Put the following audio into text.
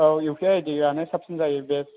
औ इउपिआइ आइडियानो साबसिन जायो बेस्ट